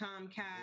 Comcast